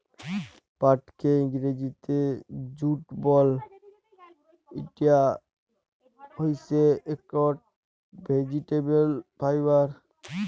পাটকে ইংরজিতে জুট বল, ইটা হইসে একট ভেজিটেবল ফাইবার